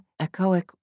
echoic